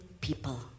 people